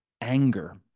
anger